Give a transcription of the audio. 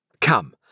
come